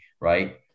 right